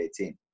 2018